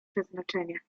przeznaczenie